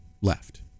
left